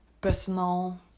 personal